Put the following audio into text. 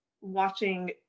watching